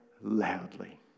loudly